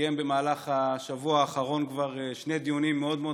שכבר קיים במהלך השבוע האחרון שני דיונים מאוד מאוד